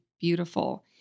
beautiful